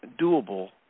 doable